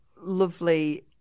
lovely